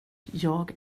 jag